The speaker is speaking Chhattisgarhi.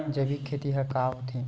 जैविक खेती ह का होथे?